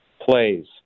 plays